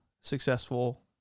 successful